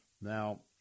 Now